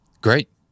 Great